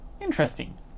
Interesting